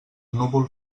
núvol